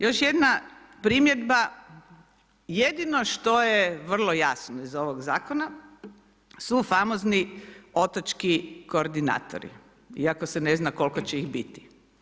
Još jedna primjedba, jedino što je vrlo jasno iz ovog zakona, su famozni otočki koordinatori, iako se ne zna koliko će ih biti.